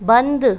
बंद